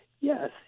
yes